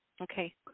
Okay